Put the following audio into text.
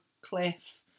cliff